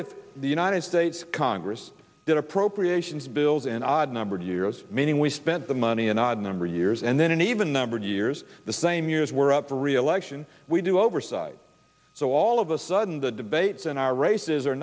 if the united states congress did appropriations bills and i had numbered years meaning we spent the money in odd number years and then an even numbered years the same years we're up for reelection we do oversight so all of a sudden the debates in our races